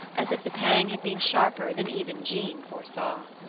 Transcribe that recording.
as if the pang had been sharper than even jean foresaw.